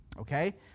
Okay